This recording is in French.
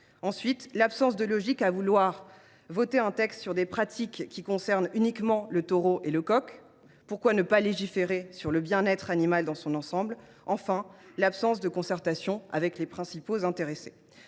relève l’absence de logique à vouloir voter un texte sur des pratiques qui concernent uniquement les taureaux et les coqs. Pourquoi ne pas légiférer sur le bien être animal dans son ensemble ? Enfin, l’on cite l’absence de concertation avec les principaux intéressés.